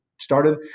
started